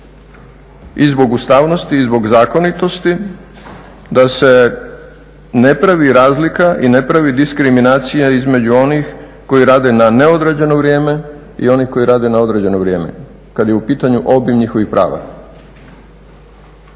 i zbog ustavnosti i zbog zakonitosti da se ne pravi razlika i ne pravi diskriminacija između onih koji rade na neodređeno vrijeme i onih koji rade na određeno vrijeme kad je u pitanju obim njihovih prava.